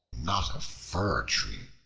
not a fir-tree.